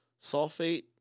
sulfate